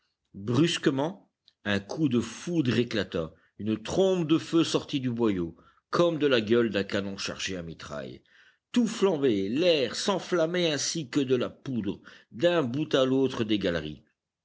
brusquement un coup de foudre éclata une trombe de feu sortit du boyau comme de la gueule d'un canon chargé à mitraille tout flambait l'air s'enflammait ainsi que de la poudre d'un bout à l'autre des galeries